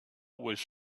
was